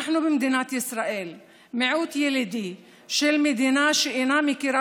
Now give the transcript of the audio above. במדינת ישראל אנחנו מיעוט ילידי של מדינה שאינה מכירה